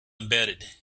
embedded